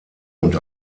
und